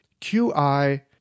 qi